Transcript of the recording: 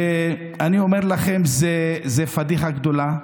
ואני אומר לכם, זאת פדיחה גדולה,